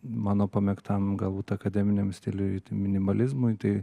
mano pamėgtam galbūt akademiniam stiliui minimalizmui tai